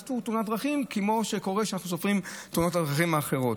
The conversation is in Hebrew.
כמו שאנחנו סופרים את תאונות הדרכים האחרות.